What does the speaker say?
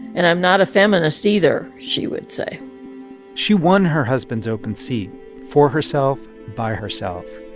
and i'm not a feminist, either, she would say she won her husband's open seat for herself, by herself.